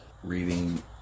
reading